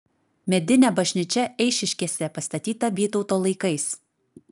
medinė bažnyčia eišiškėse pastatyta vytauto laikais